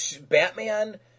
Batman